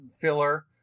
filler